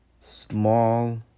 Small